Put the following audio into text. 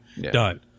done